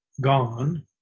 gone